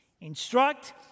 Instruct